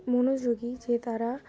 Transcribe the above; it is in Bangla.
মনোযোগী যে তারা